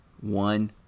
One